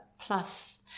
Plus